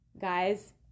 guys